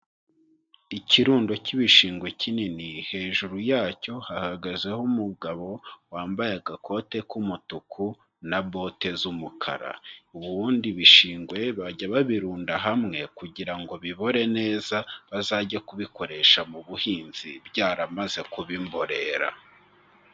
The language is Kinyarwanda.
Ikirundo k'ibishingwe kinini hejuru yacyo hahagazeho umugabo wambaye agakote k'umutuku na bote z'umukara, ubundi ibishingwe bajya babirunda hamwe kugira ngo bibore neza bazajye kubikoresha mu buhinzi byaramaze kuba imborera.